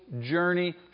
journey